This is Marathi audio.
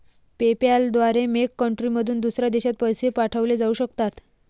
पेपॅल द्वारे मेक कंट्रीमधून दुसऱ्या देशात पैसे पाठवले जाऊ शकतात